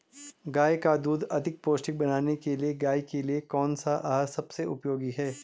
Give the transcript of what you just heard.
गाय का दूध अधिक पौष्टिक बनाने के लिए गाय के लिए कौन सा आहार सबसे उपयोगी है?